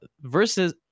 versus